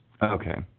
Okay